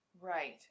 Right